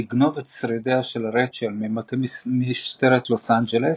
לגנוב את שרידיה של רייצ'ל ממטה משטרת לוס אנג'לס,